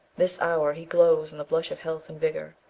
this hour he glows in the blush of health and vigour,